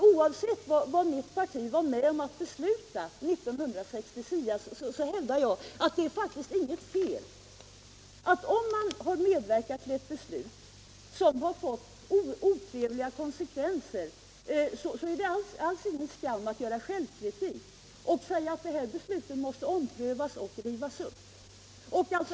Oavsett vad mitt parti var med om att besluta 1969 hävdar jag att om man har medverkat till ett beslut som fått otrevliga konsekvenser, så är det alls ingen skam att vara självkritisk och säga att det beslutet måste omprövas och rivas upp.